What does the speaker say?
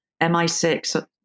MI6